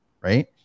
right